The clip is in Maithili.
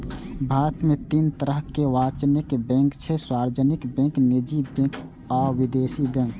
भारत मे तीन तरहक वाणिज्यिक बैंक छै, सार्वजनिक बैंक, निजी बैंक आ विदेशी बैंक